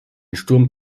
sturm